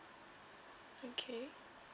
okay